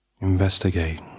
Investigate